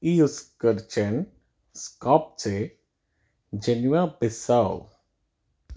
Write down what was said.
use करचैन स्कोपजे जेनुआ पीसाओ